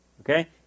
okay